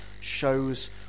shows